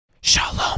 Shalom